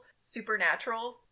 supernatural